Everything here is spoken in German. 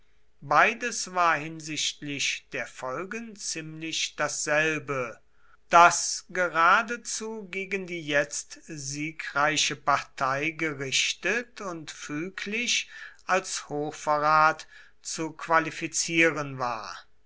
beides war hinsichtlich der folgen ziemlich dasselbe das geradezu gegen die jetzt siegreiche partei gerichtet und füglich als hochverrat zu qualifizieren war